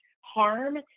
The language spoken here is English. harm